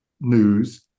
news